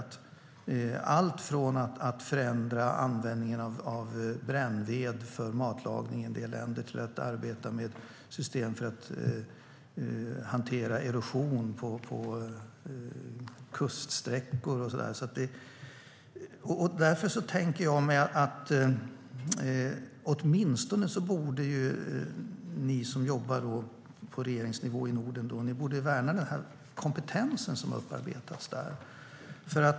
Det handlar om allt från att förändra användningen av brännved för matlagning i en del länder till att arbeta med system för att hantera erosion på kuststräckor. Därför tänker jag mig att åtminstone ni som jobbar på regeringsnivå i Norden borde värna den kompetens som har upparbetats där.